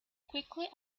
quickly